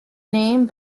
name